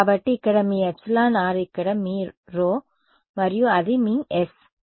కాబట్టి ఇక్కడ మీ εr ఇక్కడ మీ σ మరియు అది మీ s